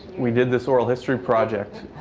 we did this oral history project.